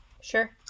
Sure